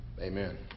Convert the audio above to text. Amen